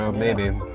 um maybe,